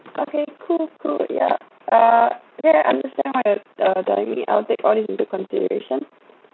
okay cool cool yeah uh I understand and will take all these into consideration